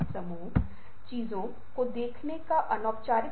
इस तरह की चीजों के बारेमे बात की हैं